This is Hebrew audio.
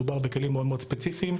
מדובר בכלים מאוד ספציפיים,